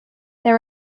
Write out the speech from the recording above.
there